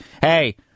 hey